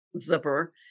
zipper